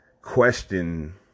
question